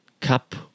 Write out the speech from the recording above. cup